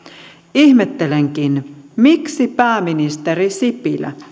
ihmettelenkin miksi pääministeri sipilä